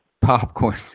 popcorn